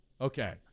okay